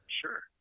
Sure